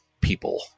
people